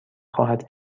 خواهد